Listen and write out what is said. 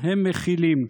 מכילים,